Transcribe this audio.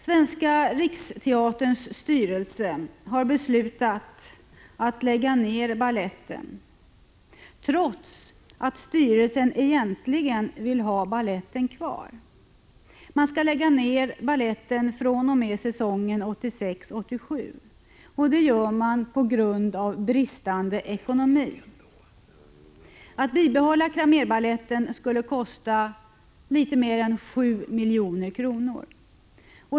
Svenska riksteaterns styrelse har beslutat att lägga ned Cramérbaletten, trots att styrelsen egentligen vill ha baletten kvar. Baletten skall läggas ned fr.o.m. säsongen 1986/87 på grund av dålig ekonomi. Att bibehålla Cramérbaletten skulle kosta något mer än 7 milj.kr.